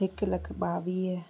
हिकु लख ॿावीह